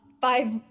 five